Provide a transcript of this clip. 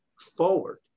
forward